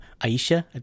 Aisha